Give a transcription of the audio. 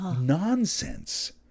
nonsense